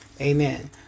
Amen